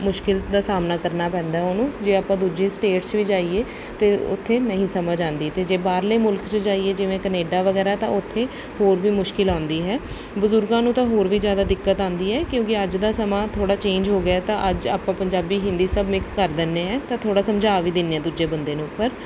ਮੁਸ਼ਕਲ ਦਾ ਸਾਹਮਣਾ ਕਰਨਾ ਪੈਂਦਾ ਉਹਨੂੰ ਜੇ ਆਪਾਂ ਦੂਜੀ ਸਟੇਟਸ ਵੀ ਜਾਈਏ ਤਾਂ ਉੱਥੇ ਨਹੀਂ ਸਮਝ ਆਉਂਦੀ ਅਤੇ ਜੇ ਬਾਹਰਲੇ ਮੁਲਕ 'ਚ ਜਾਈਏ ਜਿਵੇਂ ਕਨੇਡਾ ਵਗੈਰਾ ਤਾਂ ਉੱਥੇ ਹੋਰ ਵੀ ਮੁਸ਼ਕਲ ਆਉਂਦੀ ਹੈ ਬਜ਼ੁਰਗਾਂ ਨੂੰ ਤਾਂ ਹੋਰ ਵੀ ਜ਼ਿਆਦਾ ਦਿੱਕਤ ਆਉਂਦੀ ਹੈ ਕਿਉਂਕਿ ਅੱਜ ਦਾ ਸਮਾਂ ਥੋੜ੍ਹਾ ਚੇਂਜ ਹੋ ਗਿਆ ਤਾਂ ਅੱਜ ਆਪਾਂ ਪੰਜਾਬੀ ਹਿੰਦੀ ਸਭ ਮਿਕਸ ਕਰ ਦਿੰਦੇ ਹਾਂ ਤਾਂ ਥੋੜ੍ਹਾ ਸਮਝਾ ਵੀ ਦਿੰਦੇ ਹਾਂ ਦੂਜੇ ਬੰਦੇ ਨੂੰ ਪਰ